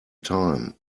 time